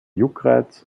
juckreiz